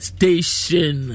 Station